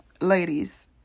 ladies